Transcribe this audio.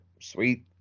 sweet